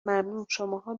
ممنونشماها